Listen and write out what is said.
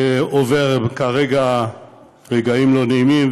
שעובר כרגע רגעים לא נעימים,